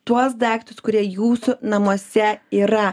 tuos daiktus kurie jūsų namuose yra